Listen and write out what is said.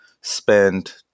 spend